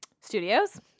studios